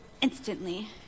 instantly